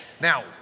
Now